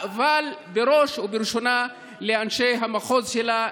אבל בראש ובראשונה לאנשי המחוז שלה,